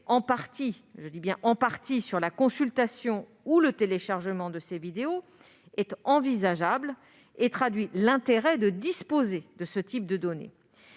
en partie » -sur la consultation ou sur le téléchargement de ces vidéos est envisageable et démontre l'intérêt de disposer de ce type de données.